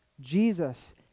Jesus